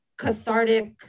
cathartic